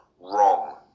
wrong